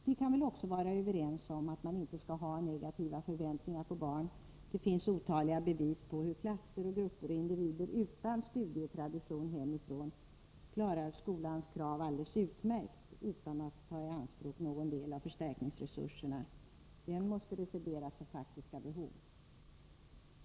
Vi kan väl vara överens om att man inte skall ha negativa förväntningar på barn. Det finns otaliga bevis på hur klasser, grupper och individer utan studietraditioner hemifrån klarar skolans krav alldeles utmärkt utan att ta i anspråk någon del av förstärkningsresurser. De måste grunda sig på faktiska behov.